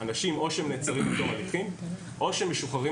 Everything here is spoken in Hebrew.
אנשים או שהם נעצרים עד תום הליכים או שהם משוחררים